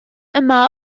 yma